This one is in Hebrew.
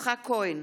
יצחק כהן,